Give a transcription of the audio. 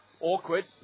Awkward